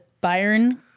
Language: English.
Byron